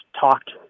talked